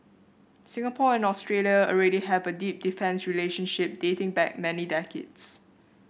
Singapore and Australia already have a deep defence relationship dating back many decades